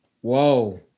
Whoa